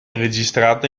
registrata